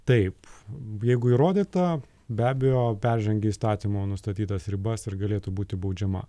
taip jeigu įrodyta be abejo peržengia įstatymo nustatytas ribas ir galėtų būti baudžiama